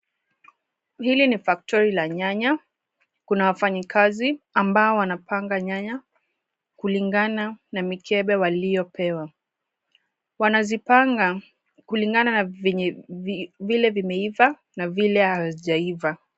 Hili ni faktori la nyanya. Kuna wafanyikazi ambao wanapanga nyanya kulingana na mikebe waliyopewa. Wanazipanga kulingana na vile vimeiva na vile hazijaiva.